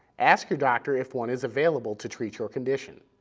ask your doctor if one is available to treat your condition.